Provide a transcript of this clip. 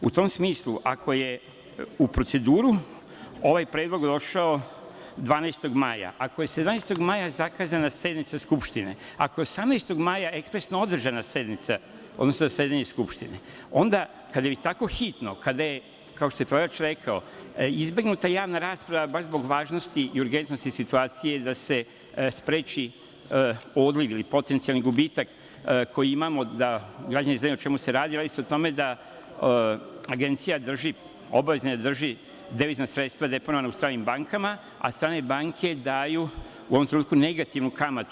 U tom smislu, ako je u proceduru ovaj predlog došao 12. maja, ako je 17. maja zakazana sednica Skupštine, ako je 18. maja ekspresno održana sednica, odnosno zasedanje Skupštine, onda, kada je tako hitno, kada je, kao što je predlagač rekao, izbegnuta javna rasprava baš zbog važnosti i urgentnosti situacije da se spreči odliv ili potencijalni gubitak koji imamo, da građani znaju o čemu se radi, radi se o tome da je Agencija obavezna da drži devizna sredstva deponovana u stranim bankama, a stranke banke daju u ovom trenutku negativnu kamatu.